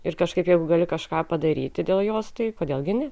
ir kažkaip jeigu gali kažką padaryti dėl jos tai kodėl gi ne